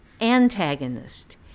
antagonist